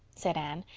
said anne,